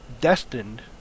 destined